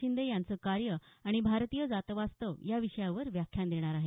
शिंदे यांचं कार्य आणि भारतीय जातवास्तव या विषयावर व्याख्यान देणार आहेत